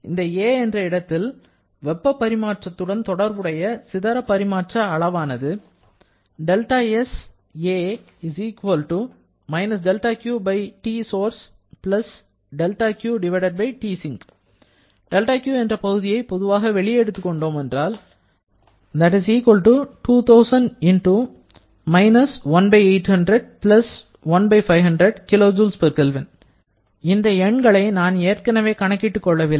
இந்த 'a' என்ற இடத்தில் வெப்ப பரிமாற்றத்துடன் தொடர்புடைய சிதற பரிமாற்ற அளவானது δQ என்ற பகுதியை பொதுவாக வெளியே எடுத்துக் கொண்டோமானால் இந்த எண்களை நான் ஏற்கனவே கணக்கிட்டு கொள்ளவில்லை